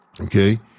okay